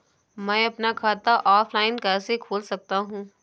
मैं अपना खाता ऑफलाइन कैसे खोल सकता हूँ?